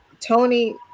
tony